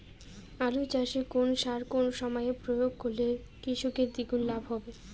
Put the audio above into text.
আলু চাষে কোন সার কোন সময়ে প্রয়োগ করলে কৃষকের দ্বিগুণ লাভ হবে?